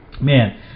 Man